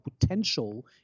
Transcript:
potential